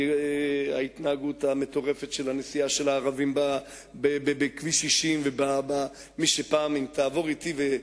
כי ההתנהגות המטורפת של הנסיעה של הערבים בכביש 60 אם תעבור אתי,